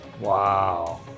Wow